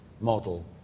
model